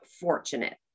fortunate